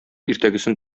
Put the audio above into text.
иртәгесен